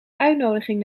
uitnodiging